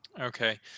okay